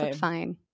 fine